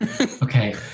Okay